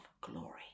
glory